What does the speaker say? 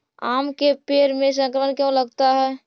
आम के पेड़ में संक्रमण क्यों लगता है?